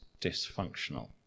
dysfunctional